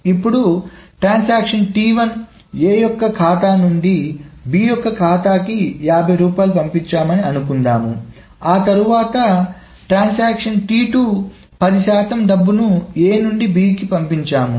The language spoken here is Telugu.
ఇప్పుడు ట్రాన్సాక్షన్ A యొక్క ఖాతా నుండి B యొక్క ఖాతా కి 50 రూపాయలు పంపించాము అనుకుందాం ఆ తర్వాత ట్రాన్సాక్షన్ 10 శాతం డబ్బును A నుండి B కి పంపించాము